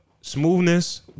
smoothness